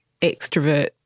extrovert